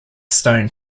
stone